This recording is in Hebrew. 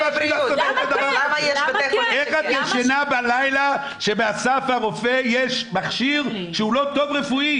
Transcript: איך את ישנה בלילה שבאסף הרופא יש מכשיר שהוא לא טוב רפואית.